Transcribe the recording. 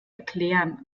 erklären